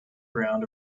ground